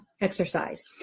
exercise